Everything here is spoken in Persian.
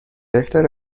بهتر